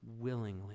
willingly